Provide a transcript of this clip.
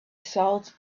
salt